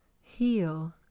heal